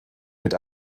mit